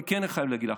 אני כן חייב להגיד לך,